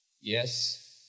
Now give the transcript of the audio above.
Yes